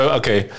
okay